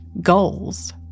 goals